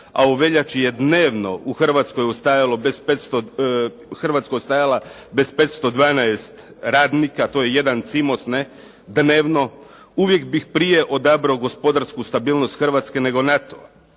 a u veljači je dnevno u Hrvatskoj ostajalo bez posla 512 radnika, to je jedan Cimos dnevno, uvijek bih prije odabrao gospodarsku stabilnost Hrvatske, nego NATO-a.